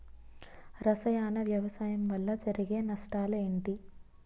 రసాయన వ్యవసాయం వల్ల జరిగే నష్టాలు ఏంటి?